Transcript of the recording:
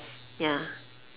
ya